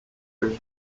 was